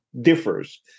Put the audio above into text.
differs